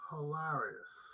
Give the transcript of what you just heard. Hilarious